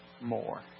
more